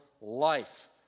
life